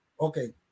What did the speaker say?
Okay